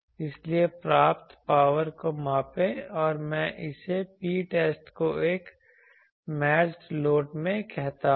इसलिए प्राप्त पावर को मापें मैं इसे Ptest को एक मैचड लोड में कहता हूं